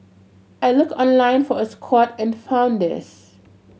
I looked online for a squat and found this